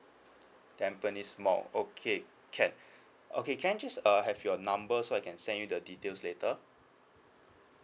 tampines mall okay can okay can I just err have your number so I can send you the details later